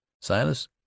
Silas